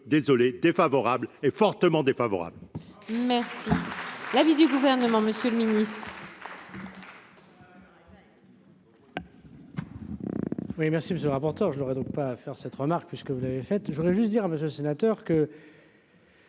désolé défavorable et fortement défavorables.